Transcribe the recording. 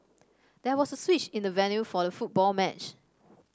there was a switch in the venue for the football match